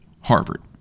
Harvard